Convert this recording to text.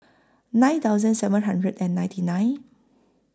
nine thousand seven hundred and ninety nine